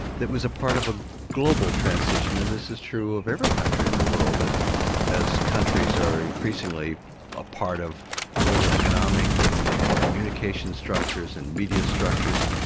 that was part of a global transition and this is true of every country in the world that as countries are increasingly a part of global economic and and communication structures and media structures,